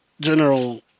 general